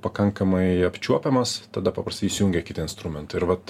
pakankamai apčiuopiamas tada paprastai įsijungia kiti instrumentai ir vat